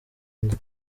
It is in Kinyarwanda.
nda